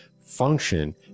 function